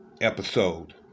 episode